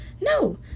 No